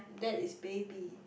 that is baby